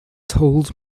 told